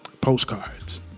postcards